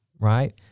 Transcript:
right